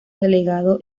delegado